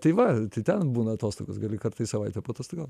tai va ten būna atostogos gali kartą į savaitę paatostogaut